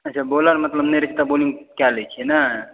अच्छा बॉलर मतलब नहि रहै छै तब बॉलिंग कऽ लै छियै ने